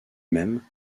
même